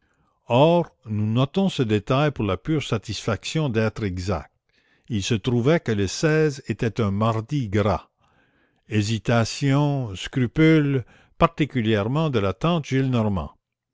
or nous notons ce détail pour la pure satisfaction d'être exact il se trouva que le était un mardi gras hésitations scrupules particulièrement de la